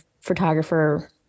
photographer